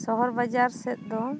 ᱥᱚᱦᱚᱨ ᱵᱟᱡᱟᱨ ᱥᱮᱫ ᱫᱚ